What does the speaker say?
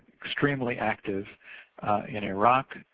extremely active in iraq,